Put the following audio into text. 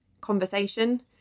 conversation